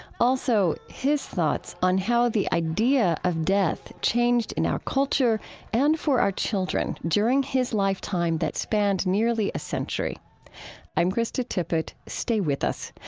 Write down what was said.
also, his thoughts on how the idea of death changed in our culture and for our children during his lifetime that spanned nearly a century i'm krista tippett. stay with us.